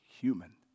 human